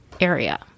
area